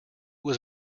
was